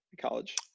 college